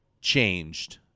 changed